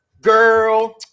girl